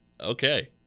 okay